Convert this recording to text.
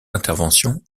interventions